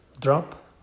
drop